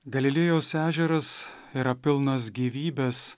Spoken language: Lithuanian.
galilėjos ežeras yra pilnas gyvybės